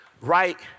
right